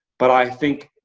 but i think